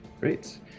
great